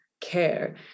care